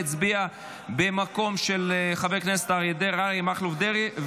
הצביע במקום של חבר הכנסת אריה מכלוף דרעי,